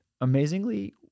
amazingly